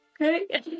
Okay